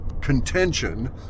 contention